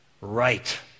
Right